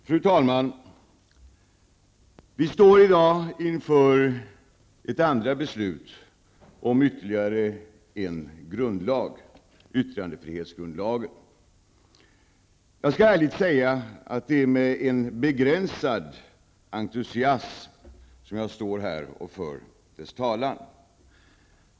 Fru talman! Vi står i dag inför ett andra beslut om ytterligare en grundlag, yttrandefrihetsgrundlagen. Jag skall ärligt säga att det är med en begränsad entusiasm som jag står här och för dess talan.